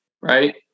right